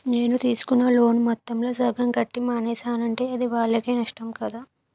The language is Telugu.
నేను తీసుకున్న లోను మొత్తంలో సగం కట్టి మానేసానంటే అది వాళ్ళకే నష్టం కదా